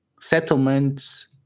settlements